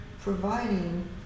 providing